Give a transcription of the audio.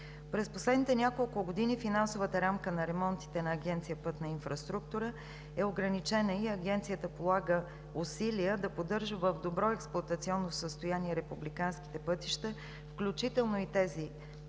През последните няколко години финансовата рамка на ремонтите на Агенция „Пътна инфраструктура“ е ограничена и Агенцията полага усилия да поддържа в добро експлоатационно състояние републиканските пътища, включително и тези